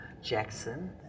Jackson